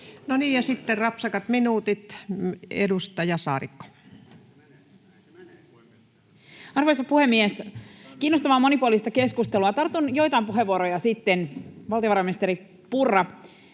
sitten rapsakat minuutit. — Edustaja Saarikko. Arvoisa puhemies! Kiinnostavaa, monipuolista keskustelua. Tartun siihen, valtiovarainministeri Purra,